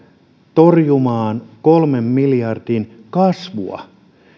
torjumaan kolmen miljardin menojen kasvua